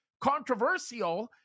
controversial